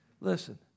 Listen